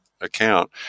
account